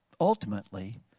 Ultimately